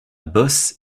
bosse